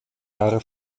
jahre